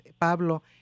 Pablo